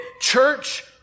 church